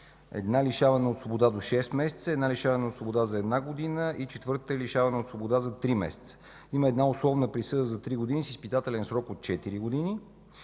една лишаване от свобода за шест месеца, една лишаване от свобода за една година и четвъртата е лишаване от свобода за три месеца. Има една условна присъда за три години с изпитателен срок от четири години.